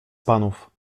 panów